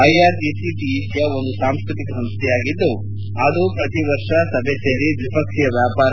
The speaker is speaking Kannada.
ಐಆರ್ಜಿಸಿ ಟಿಇಸಿ ಒಂದು ಸಾಂಸ್ಕೃತಿಕ ಸಂಸ್ಥೆಯಾಗಿದ್ದು ಅದು ಪ್ರತಿ ವರ್ಷ ಸಭೆ ಸೇರಿ ದ್ವಿಪಕ್ಷೀಯ ವ್ಯಾಪಾರ